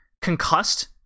concussed